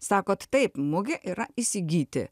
sakot taip mugė yra įsigyti